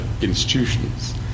institutions